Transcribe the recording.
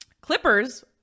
Clippers